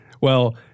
Well-